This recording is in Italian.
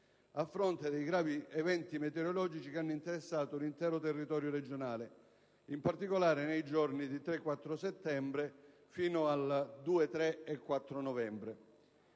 a fronte dei gravi eventi meteorologici che hanno interessato l'intero territorio regionale, in particolare nei giorni del 3 e del 4 settembre fino ai giorni